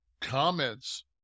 comments